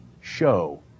show